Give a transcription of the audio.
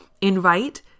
Invite